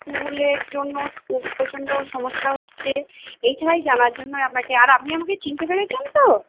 চুলের জন্যও প্রচন্ড সমস্যা হচ্ছে এটাই জানার জন্য আপনাকে আর আপনি আমাকে চিনতে পেরেছেন তো